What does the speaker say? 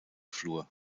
flur